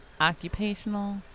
occupational